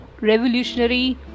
revolutionary